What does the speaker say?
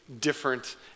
different